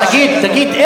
תגיד,